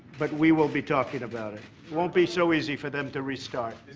but we will be talking about it. it won't be so easy for them to restart.